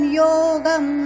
yogam